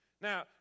Now